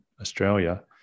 Australia